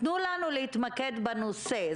תנו לנו להתמקד בנושא.